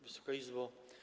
Wysoka Izbo!